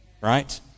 right